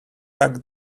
pack